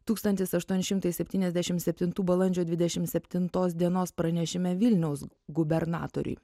tūkstantis aštuoni šimtai septyniasdešimt septintų balandžio dvidešimt septintos dienos pranešime vilniaus gubernatoriui